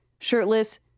shirtless